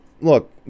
look